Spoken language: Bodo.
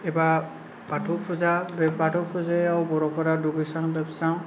एबा बाथौ फुजा बे बाथौ फुजायाव बर'फोरा दुगैस्रां लोबस्रां